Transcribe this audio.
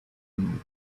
and